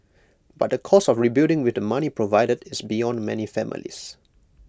but the cost of rebuilding with the money provided is beyond many families